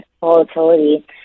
volatility